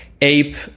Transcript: ape